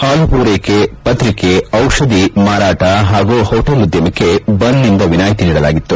ಹಾಲು ಪೂರ್ಟಕೆ ಪತ್ರಿಕೆ ದಿಷಧಿ ಮಾರಾಟ ಹಾಗೂ ಹೋಟೆಲ್ ಉದ್ದಮಕ್ಕೆ ಬಂಡ್ನಿಂದ ವಿನಾಯಿತಿ ನೀಡಲಾಗಿತ್ತು